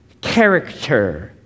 character